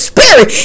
Spirit